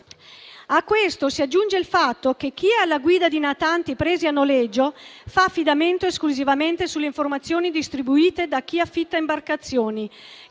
A questo si aggiunge il fatto che chi è alla guida di natanti presi a noleggio fa affidamento esclusivamente sulle informazioni distribuite da chi affitta imbarcazioni,